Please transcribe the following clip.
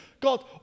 God